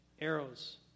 Arrows